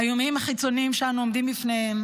האיומים החיצוניים שאנו עומדים בפניהם